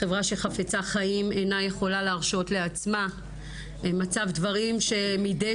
חברה שחפצה חיים אינה יכולה להרשות לעצמה מצב דברים שמדי